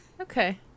Okay